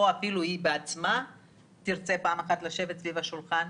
או אפילו היא בעצמה תרצה פעם אחת לשבת סביב השולחן,